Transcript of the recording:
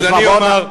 אז אני אומר,